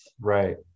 right